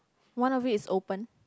one of it is open